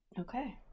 Okay